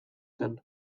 zen